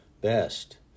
Best